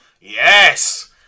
Yes